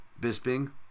Bisping